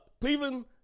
Cleveland